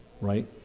Right